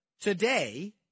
today